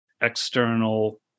external